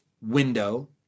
window